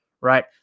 right